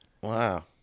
wow